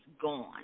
gone